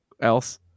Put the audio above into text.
else